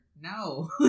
no